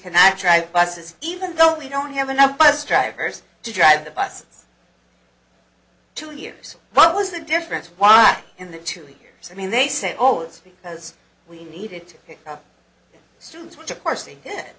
cannot try buses even though we don't have enough bus drivers to drive the bus to use what was the difference why in the two years i mean they say oh it's because we needed to have students which of course they did